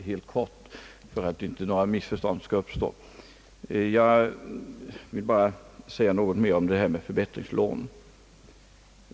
Herr talman! För att inga missförstånd skall uppstå vill jag bara helt kort säga några ord till om förbättringslånen.